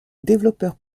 développeur